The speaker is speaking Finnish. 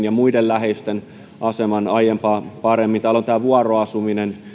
ja muiden läheisten aseman aiempaa paremmin ja täällä on tämä vuoroasuminen